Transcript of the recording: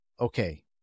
okay